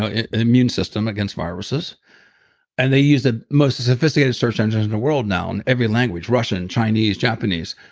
ah immune system against viruses and they use the most sophisticated search engines in the world now, on every language, russian, chinese, japanese,